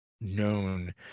known